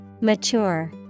Mature